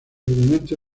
argumento